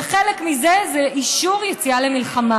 וחלק מזה זה אישור יציאה למלחמה.